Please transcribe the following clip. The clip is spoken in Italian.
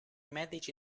medici